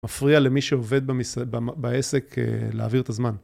מפריע למי שעובד בעסק להעביר את הזמן.